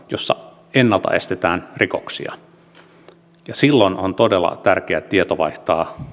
joissa ennalta estetään rikoksia silloin on todella tärkeää että tieto vaihtaa